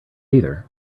either